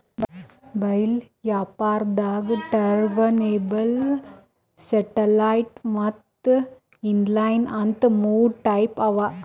bell wrapper ದಾಗಾ turntable satellite ಮತ್ತ್ inline ಅಂತ್ ಮೂರ್ ಟೈಪ್ ಅವಾ